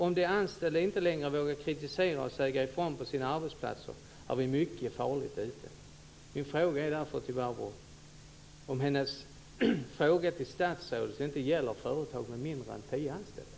Om de anställda inte längre vågar kritisera och säga ifrån på sina arbetsplatser är vi mycket farligt ute. Min fråga till Barbro Feltzing är därför om hennes fråga till statsrådet inte gäller företag med mindre än tio anställda.